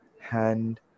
hand